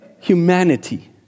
Humanity